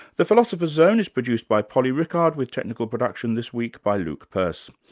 the philosopher's zone is produced by polly rickard, with technical production this week by luke purse.